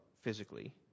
physically